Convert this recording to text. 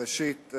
ראשית,